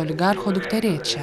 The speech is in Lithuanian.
oligarcho dukterėčia